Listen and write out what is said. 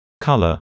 Color